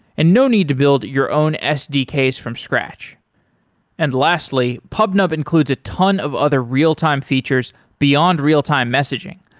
and no need to build your own sdks from scratch and lastly, pubnub includes a ton of other real time features beyond real time messaging.